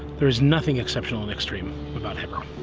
there is nothing exceptional and extrem about hebron